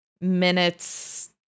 minutes